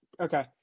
Okay